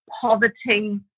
poverty